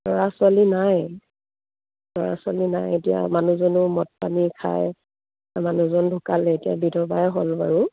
ল'ৰা ছোৱালী নাই ল'ৰা ছোৱালী নাই এতিয়া মানুহজনেও মদ পানী খাই মানুহজন ঢুকালে এতিয়া বিধবাই হ'ল বাৰু